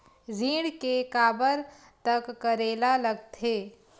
ऋण के काबर तक करेला लगथे?